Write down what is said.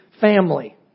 family